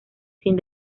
sin